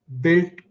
built